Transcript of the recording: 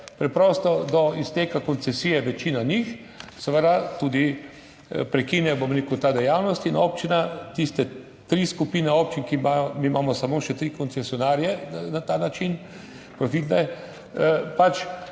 Preprosto do izteka koncesije večina njih seveda tudi prekine, bom rekel, ta dejavnost in občina, tiste tri skupine občin, ki ima, mi imamo samo še tri koncesionarje na ta način profitne, pač